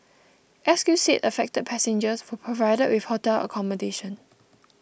S Q said affected passengers were provided with hotel accommodation